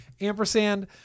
Ampersand